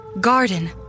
Garden